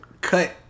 cut